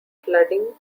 flooding